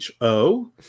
Ho